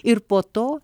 ir po to